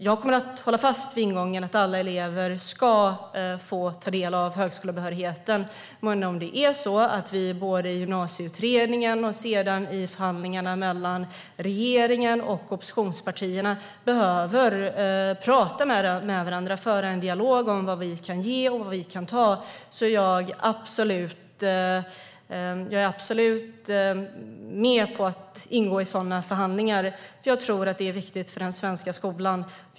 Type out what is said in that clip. Jag kommer att hålla fast vid ingången att alla elever ska få ta del av högskolebehörigheten. Men om det är så att vi både i Gymnasieutredningen och sedan i förhandlingarna mellan regeringen och oppositionspartierna behöver tala med varandra och föra en dialog om vad vi kan ge och vad vi kan ta är jag absolut med på att ingå i sådana förhandlingar, eftersom jag tror att det är viktigt för den svenska skolan.